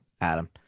Adam